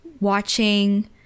watching